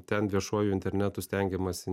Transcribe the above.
ten viešuoju internetu stengiamasi